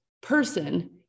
person